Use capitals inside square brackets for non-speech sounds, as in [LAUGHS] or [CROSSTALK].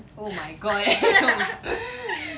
oh my god [LAUGHS]